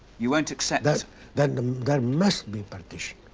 you won't accept that that girl must be partition